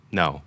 no